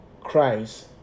cries